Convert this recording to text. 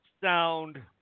sound